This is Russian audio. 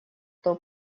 кто